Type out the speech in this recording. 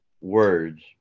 words